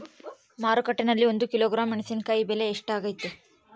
ಮಾರುಕಟ್ಟೆನಲ್ಲಿ ಒಂದು ಕಿಲೋಗ್ರಾಂ ಮೆಣಸಿನಕಾಯಿ ಬೆಲೆ ಎಷ್ಟಾಗೈತೆ?